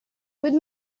with